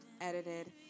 edited